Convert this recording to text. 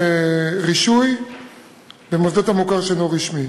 לרישוי ממוסדות המוכר שאינו רשמי.